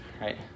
right